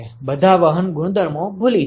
બધા વહન ગુણધર્મો ભૂલી જાઓ